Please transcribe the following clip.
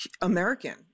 American